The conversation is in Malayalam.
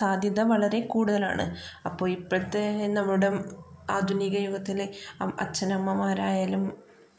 സാധ്യത വളരെ കൂടുതലാണ് അപ്പോൾ ഇപ്പത്തെ നമ്മുടെ ആധുനിക യുഗത്തിലെ അച്ഛനമ്മമാരായാലും